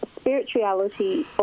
spirituality